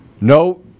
No